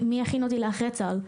מי יכין אותי לאחרי צה"ל?